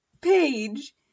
page